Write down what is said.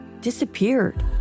disappeared